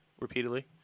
repeatedly